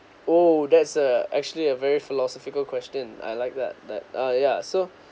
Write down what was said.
oh that's a actually a very philosophical question I like that that ah yeah so